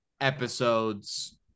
episodes